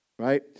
Right